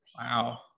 Wow